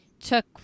took